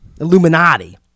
Illuminati